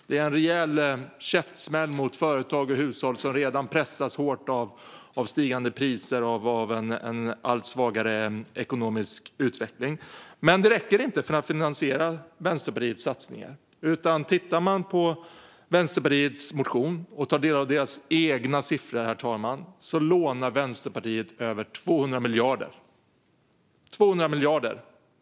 Det är en rejäl käftsmäll mot företag och hushåll som redan pressas hårt av stigande priser och en allt svagare ekonomisk utveckling. Men det räcker inte för att finansiera Vänsterpartiets satsningar. Tittar man på Vänsterpartiets motion och tar del av deras egna siffror, herr talman, ser man att de lånar över 200 miljarder.